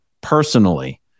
personally